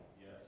Yes